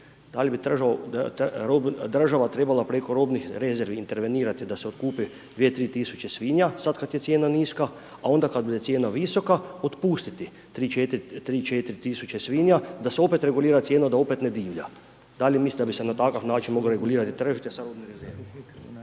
da li država trebala preko robnih rezervi intervenirati da se otkupe dvije, tri tisuće svinja, sad kad je cijena niska, a onda kad bude cijena visoka, otpustiti 3, 4 tisuće svinja, da se opet regulira cijena, da opet ne divlja. Da li mislite da bi se na takav način moglo regulirati tržište, .../Govornik